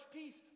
peace